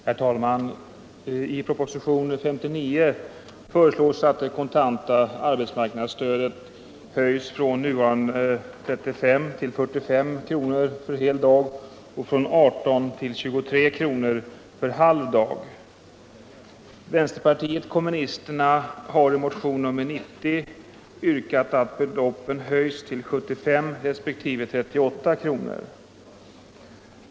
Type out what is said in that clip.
Herr talman! I propositionen 1975 76:90 yrkat att beloppet höjs till 75 resp. 38 kr.